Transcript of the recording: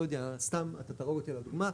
לא יודע, סתם אתה תהרוג אותי על הדוגמה.